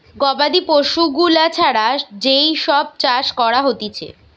গবাদি পশু গুলা ছাড়া যেই সব চাষ করা হতিছে